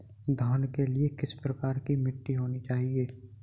धान के लिए किस प्रकार की मिट्टी होनी चाहिए?